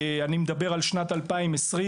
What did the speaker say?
אני מדבר על שנת 2020,